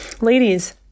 Ladies